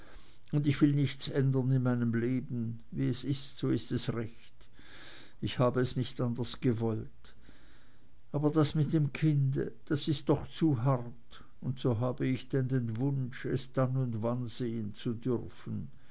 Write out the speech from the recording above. und ich will nichts ändern in meinem leben wie es ist so ist es recht ich habe es nicht anders gewollt aber das mit dem kinde das ist doch zu hart und so habe ich denn den wunsch es dann und wann sehen zu dürfen